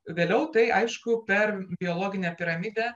vėliau tai aišku per biologinę piramidę